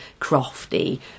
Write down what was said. crofty